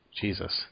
Jesus